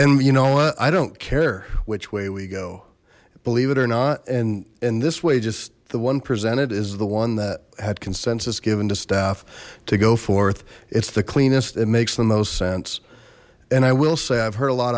and you know i don't care which way we go believe it or not and in this way just the one presented is the one that had consensus given to staff to go forth it's the cleanest it makes the most sense and i will say i've heard a lot